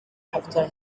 after